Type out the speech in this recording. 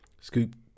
Scoop